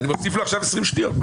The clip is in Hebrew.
אני מוסיף לו עכשיו 20 שניות.